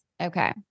Okay